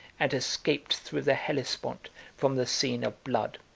and escaped through the hellespont from the scene of blood.